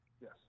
Yes